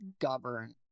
govern